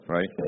Right